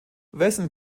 wessen